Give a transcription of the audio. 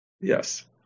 Yes